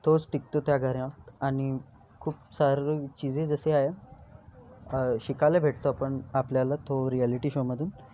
तोच टिकतो त्या घरात आणि खूप सारी चीजे जसे आहे शिकायला भेटतो आपण आपल्याला तो रियालिटी शोमधून